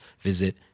visit